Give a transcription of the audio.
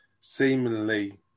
seemingly